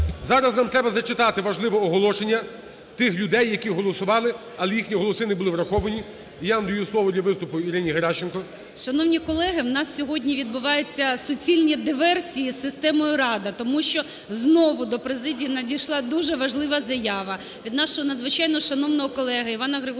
Зараз нам треба зачитати важливе оголошення тих людей, які голосували, а їхні голоси не були враховані. І я надаю слово для виступу Ірині Геращенко. 17:56:17 ГЕРАЩЕНКО І.В. Шановні колеги, в нас сьогодні відбуваються суцільні диверсії з системою "Рада", тому що знову до президії надійшла дуже важлива заява від нашого надзвичайно шанованого Івана Григоровича